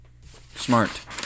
Smart